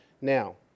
Now